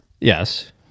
Yes